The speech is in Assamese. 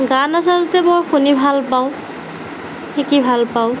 গান আচলতে মই শুনি ভাল পাওঁ শিকি ভাল পাওঁ